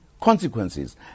consequences